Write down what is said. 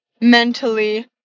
mentally